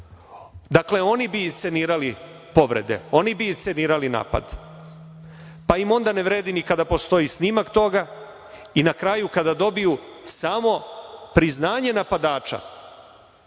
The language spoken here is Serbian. oni bi scenirali povrede, oni bi scenirali napad, pa im onda ne vredi i kada postoji snimak toga i na kraju kada dobiju samopriznanje napadača